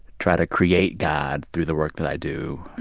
try to create god through the work that i do,